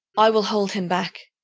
i will hold him back!